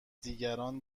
دیگران